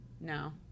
No